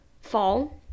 fall